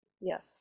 Yes